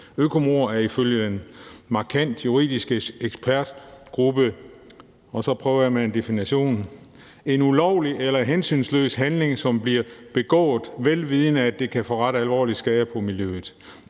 Økomord er ifølge en markant juridisk ekspertgruppe – og så prøver jeg med en definition – en ulovlig eller hensynsløs handling, som bliver begået, vel vidende at det kan forrette alvorlig skade på miljøet.